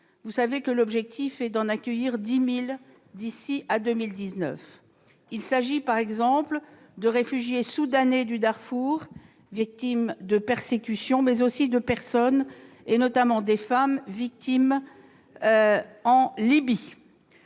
Vous savez que l'objectif est d'en accueillir 10 000 d'ici à 2019. Il s'agit, par exemple, de réfugiés soudanais du Darfour victimes de persécutions, mais aussi de personnes, notamment des femmes, victimes